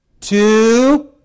two